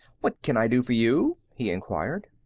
what can i do for you? he inquired.